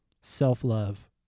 self-love